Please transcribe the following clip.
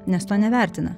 nes to nevertina